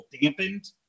dampened